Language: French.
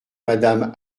madame